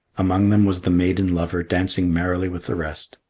among them was the maiden lover dancing merrily with the rest.